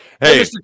hey